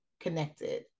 connected